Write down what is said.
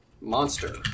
Monster